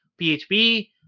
PHP